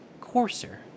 coarser